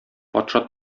патша